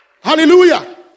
Hallelujah